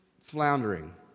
floundering